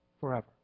forever